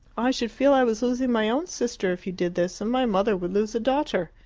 i should feel i was losing my own sister if you did this, and my mother would lose a daughter.